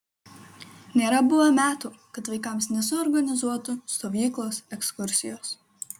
nėra buvę metų kad vaikams nesuorganizuotų stovyklos ekskursijos